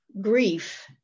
grief